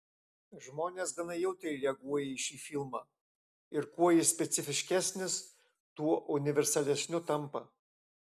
žmonės gana jautriai reaguoja į šį filmą ir kuo jis specifiškesnis tuo universalesniu tampa